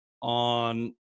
on